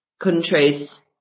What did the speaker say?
countries